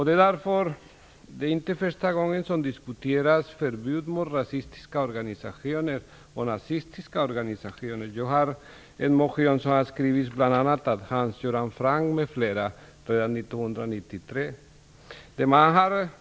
Detta är inte första gången som man diskuterar förbud mot rasistiska och nazistiska organisationer.